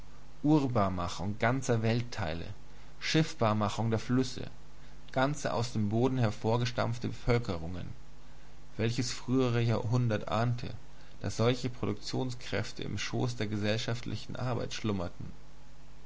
urbarmachung ganzer weltteile schiffbarmachung der flüsse ganze aus dem boden hervorgestampfte bevölkerungen welches frühere jahrhundert ahnte daß solche produktionskräfte im schoß der gesellschaftlichen arbeit schlummerten